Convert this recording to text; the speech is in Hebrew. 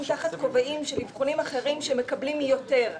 תחת כובעים של אבחונים אחרים שמקבלים יותר.